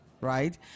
right